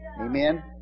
Amen